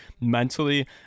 mentally